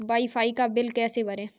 Wi fi का bill कैसे भरें?